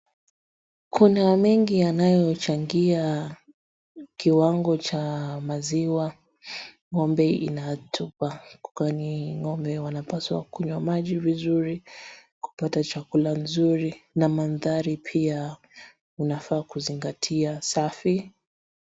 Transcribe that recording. Kuna mengi yanayochangia kiwango cha maziwa ng'ombe inatoa. Kwani ng'ombe wanapaswa kunywa maji vizuri, kupata chakula mzuri na mandhari pia unafaa kuzingatia safi.